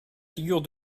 figure